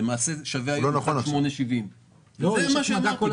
שווים היום 1.870. זה מה שאמרתי,